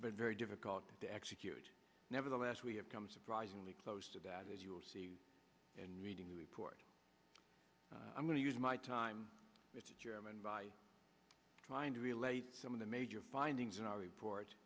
but very difficult to execute nevertheless we have come surprisingly close to that as you will see and reading the report i'm going to use my time mr chairman by trying to relate some of the major findings in our report